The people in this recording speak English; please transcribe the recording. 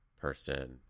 person